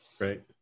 right